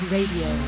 Radio